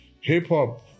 Hip-hop